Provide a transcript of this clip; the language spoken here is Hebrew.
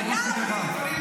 בבקשה.